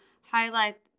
highlight